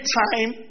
time